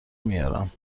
میارم